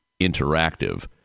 Interactive